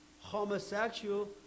homosexual